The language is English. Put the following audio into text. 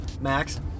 Max